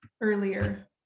earlier